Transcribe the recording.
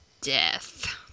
Death